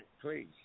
please